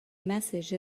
message